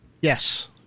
Yes